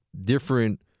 different